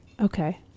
Okay